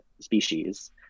species